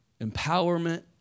empowerment